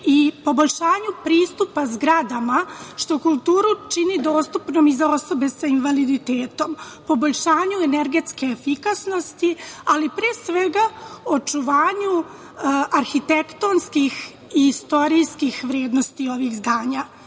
i poboljšanju pristupa zgradama, što kulturu čini dostupnom za osobe sa invaliditetom, poboljšanju energetske efikasnosti, ali pre svega očuvanju arhitektonskih i istorijskih vrednosti ovih zdanja.